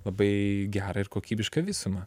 labai gerą ir kokybišką visumą